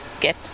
get